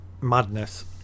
madness